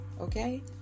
okay